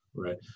Right